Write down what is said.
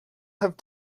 have